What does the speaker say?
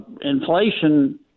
inflation